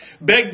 Beg